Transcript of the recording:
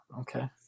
Okay